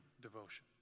devotion